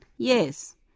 Yes